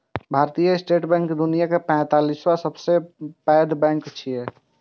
भारतीय state bank दुनियाक तैंतालिसवां सबसं पैघ बैंक छियै